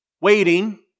waiting